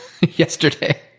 yesterday